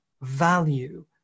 value